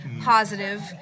positive